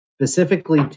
specifically